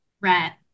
rat